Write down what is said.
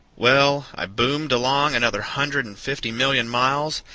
well, i boomed along another hundred and fifty million miles,